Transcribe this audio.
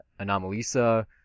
Anomalisa